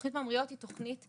תוכנית ממריאות היא תוכנית שבאמת,